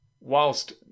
Whilst